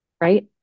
right